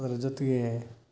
ಅದರ ಜೊತೆಗೆ